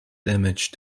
damage